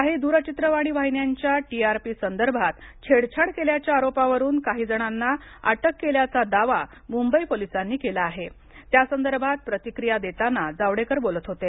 काही द्रचित्रावणी वाहिन्यांच्या टी आर पी संदर्भात छेडछाड केल्याच्या आरोपावरून काही जणांना अटक केल्याचा दावा मुंबई पोलिसांनी केला आहे त्या संदर्भात प्रतिक्रिया देताना जावडेकर बोलत होते